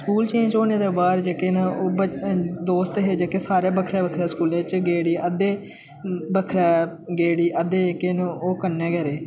school change होने दे बाद जेह्के न ओह् दोस्त हे न ओह् दोस्त हे जेह्के सारे बक्खरे बक्खरे स्कूलें च गै उठी अद्धे बक्खरे गै उठी अद्धे जेह्के न ओह् कन्नै गै रेह्